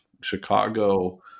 Chicago